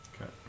Okay